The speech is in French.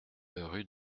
rue